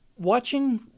Watching